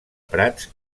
prats